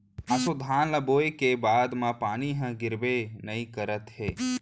ऑसो धान ल बोए के बाद म पानी ह गिरबे नइ करत हे